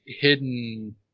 hidden